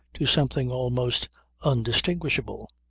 to something almost undistinguishable,